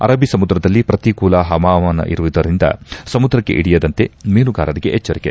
ಅರಬ್ದ ಸಮುದ್ರದಲ್ಲಿ ಪ್ರತಿಕೂಲ ಹವಾಮಾನವಿರುವುದರಿಂದ ಸಮುದ್ರಕ್ಕೆ ಇಳಿಯದಂತೆ ಮೀನುಗಾರರಿಗೆ ಎಚ್ಚರಿಕೆ